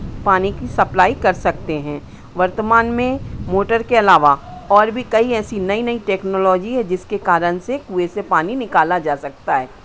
पानी की सप्लाई कर सकते हैं वर्तमान में मोटर के अलावा और भी कई ऐसी नई नई टेक्नोलॉजी है जिसके कारण से कुएँ से पानी निकाला जा सकता है